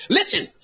Listen